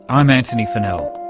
i'm antony funnell.